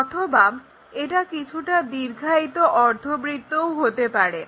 অথবা এটা কিছুটা দীর্ঘায়িত অর্ধবৃত্তও হতে পারে